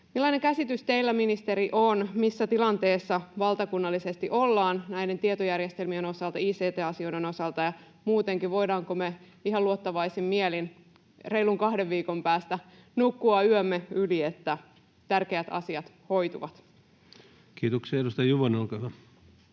Millainen käsitys teillä, ministeri, on siitä, missä tilanteessa valtakunnallisesti ollaan näiden tietojärjestelmien osalta, ict-asioiden osalta ja muutenkin? Voidaanko me ihan luottavaisin mielin reilun kahden viikon päästä nukkua yömme yli, niin että tärkeät asiat hoituvat? Kiitoksia. — Edustaja Juvonen, olkaa hyvä.